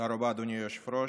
רבה, אדוני היושב-ראש.